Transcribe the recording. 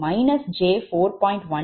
165 pu ஆகும்